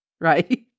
right